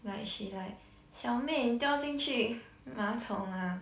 like she like 小妹你掉进去马桶了 ah